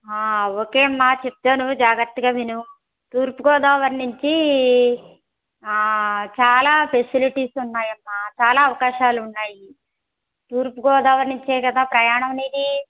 okay మా చెప్తాను జాగ్రత్తగా విను తూర్పు గోదావరి నుంచి చాలా ఫెసిలిటీస్ ఉన్నాయమ్మా చాలా అవకాశాలు ఉన్నాయి తూర్పు గోదావరి నుంచే కదా ప్రయాణం నీది